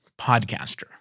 podcaster